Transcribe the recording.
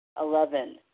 Eleven